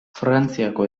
frantziako